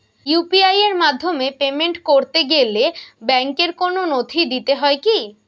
UPI এর মাধ্যমে payment করতে গেলে ব্যাংকের কোন নথি দিতে হয় কি?